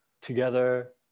together